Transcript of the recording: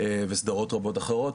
וסדרות רבות אחרות.